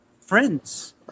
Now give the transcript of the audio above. friends